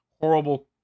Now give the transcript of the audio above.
horrible